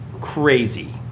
crazy